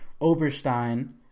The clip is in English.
Oberstein